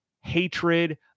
hatred